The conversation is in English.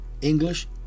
English